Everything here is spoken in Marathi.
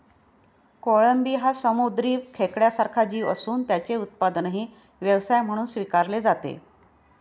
कोळंबी हा समुद्री खेकड्यासारखा जीव असून त्याचे उत्पादनही व्यवसाय म्हणून स्वीकारले जाते